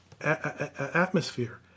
atmosphere